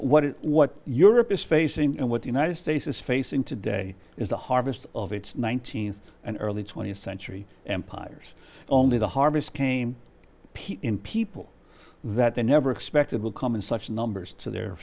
it what europe is facing and what the united states is facing today is the harvest of its nineteenth and early twentieth century empires only the harvest came p in people that they never expected will come in such numbers to their